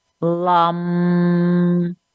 Lum